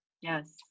Yes